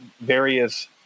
various